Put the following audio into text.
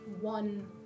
one